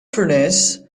furnace